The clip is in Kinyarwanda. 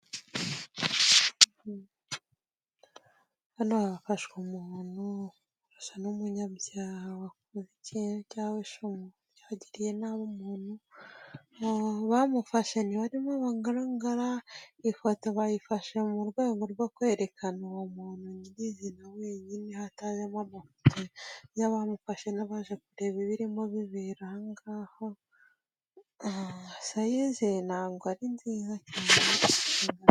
Hano hafashwe umuntu usa n'umunyabyaha cyangwa yenda ushobora kuba yagiriye nabi umuntu abamufashe ntibarimo bagaragara ifoto bayifashe mu rwego rwo kwerekana uwo muntu nyirizina wenyine hatajemo amafoto y'abamufashe n'abaje kureba ibirimo bibera aho ngaho sayize ntabwo ari nziza cyane.